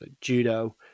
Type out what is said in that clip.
judo